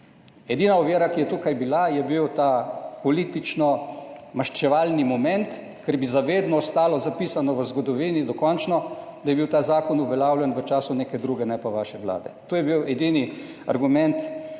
Edina ovira, ki je tukaj bila je bil ta politično maščevalni moment, ker bi za vedno ostalo zapisano v zgodovini dokončno, da je bil ta zakon uveljavljen v času neke druge, ne pa vaše vlade. To je bil edini argument,